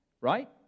right